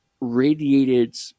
radiated